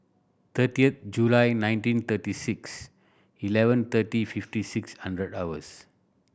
thirty July nineteen thirty six eleven thirty fifty six hundred hours